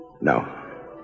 No